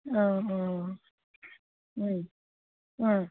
অঁ অঁ